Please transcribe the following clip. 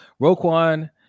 Roquan